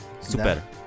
Super